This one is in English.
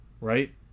Right